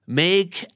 make